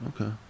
okay